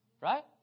Right